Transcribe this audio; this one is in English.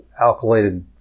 alkylated